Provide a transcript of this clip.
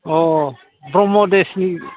अह ब्रह्म देसनि